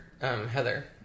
Heather